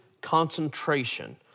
concentration